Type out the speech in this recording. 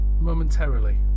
momentarily